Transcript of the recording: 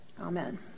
Amen